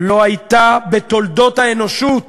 בתולדות האנושות